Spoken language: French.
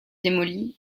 démoli